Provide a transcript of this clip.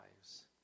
lives